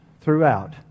throughout